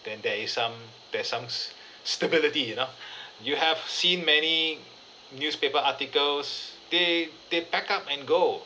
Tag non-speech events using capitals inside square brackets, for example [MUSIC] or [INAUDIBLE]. then there is some there are some s~ [BREATH] stability you know [BREATH] you have seen many newspaper articles they they pack up and go